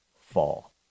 fall